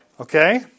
Okay